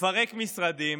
לפרק משרדים,